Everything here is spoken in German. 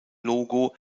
logo